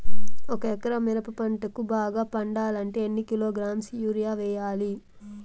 ఒక ఎకరా మిరప పంటకు బాగా పండాలంటే ఎన్ని కిలోగ్రామ్స్ యూరియ వెయ్యాలి?